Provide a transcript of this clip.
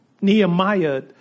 Nehemiah